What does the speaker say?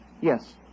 Yes